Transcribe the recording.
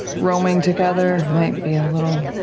roaming together might be a little